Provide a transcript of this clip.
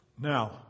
Now